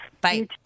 Bye